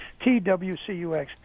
TWCUX